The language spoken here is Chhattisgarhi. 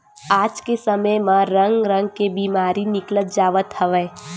आज के समे म रंग रंग के बेमारी निकलत जावत हवय